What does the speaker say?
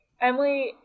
Emily